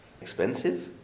expensive